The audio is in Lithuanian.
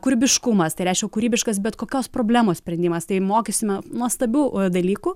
kūrybiškumas tai reiškia kūrybiškas bet kokios problemos sprendimas tai mokysime nuostabių dalykų